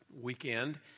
weekend